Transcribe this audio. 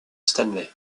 stanley